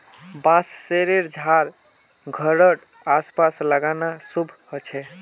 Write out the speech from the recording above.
बांसशेर झाड़ घरेड आस पास लगाना शुभ ह छे